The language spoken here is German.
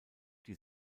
die